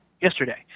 yesterday